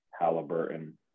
Halliburton